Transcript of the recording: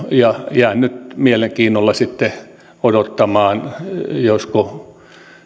jään nyt mielenkiinnolla sitten odottamaan josko